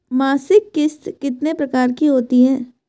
मासिक किश्त कितने प्रकार की होती है?